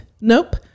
nope